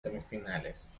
semifinales